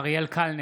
אריאל קלנר,